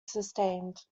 sustained